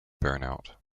burnout